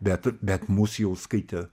bet bet mus jau skaitė